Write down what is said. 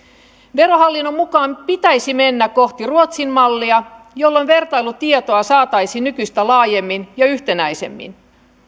verohallinnon mukaan pitäisi mennä kohti ruotsin mallia jolloin vertailutietoa saataisiin nykyistä laajemmin ja yhtenäisemmin